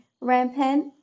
rampant